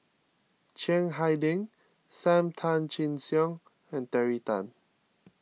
Chiang Hai Ding Sam Tan Chin Siong and Terry Tan